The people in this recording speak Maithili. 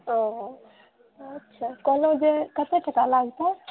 ओ अच्छा कहलहुँ जे कतेक टाका लागतै